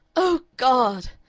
oh god!